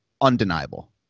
undeniable